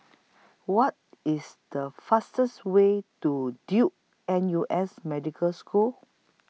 What IS The fastest Way to Duke N U S Medical School